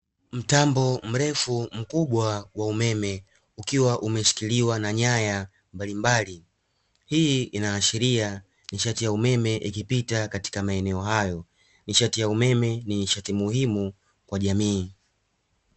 Mtambo mrefu mkubwa wa umeme ukiwa umeshikiliwa na nyaya mbalimbali, hii ina ashiria nishati ya umeme inapita katika maeneo hayo nishati ya umeme ni nishati muhimu kwa jamii.